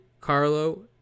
Carlo